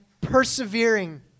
persevering